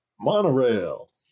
Monorail